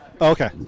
Okay